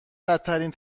بدترین